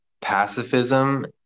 pacifism